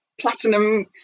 platinum